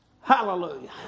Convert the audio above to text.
Hallelujah